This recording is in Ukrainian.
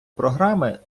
програми